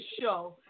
show